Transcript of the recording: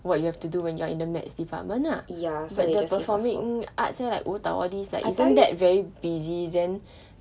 what you have to do when you're in the maths department lah ya but the performing arts leh like 舞蹈 all these isn't that very busy then